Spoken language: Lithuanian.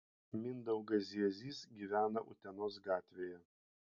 mindaugas ziezys gyvena utenos gatvėje